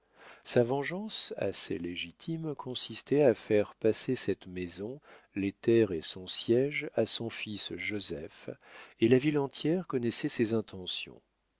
sa vengeance assez légitime consistait à faire passer cette maison les terres et son siège à son fils joseph et la ville entière connaissait ses intentions